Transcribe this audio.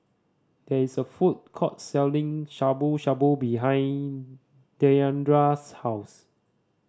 there is a food court selling Shabu Shabu behind Diandra's house